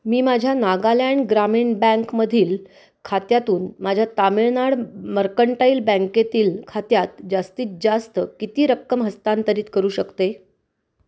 मी माझ्या नागालँड ग्रामीण बँकमधील खात्यातून माझ्या तामिळनाड मर्कंटाईल बँकेतील खात्यात जास्तीत जास्त किती रक्कम हस्तांतरित करू शकते